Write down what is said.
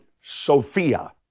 Sophia